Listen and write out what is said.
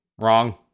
Wrong